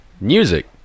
music